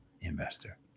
investor